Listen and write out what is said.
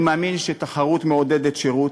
אני מאמין שתחרות מעודדת שירות.